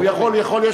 נכון.